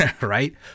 right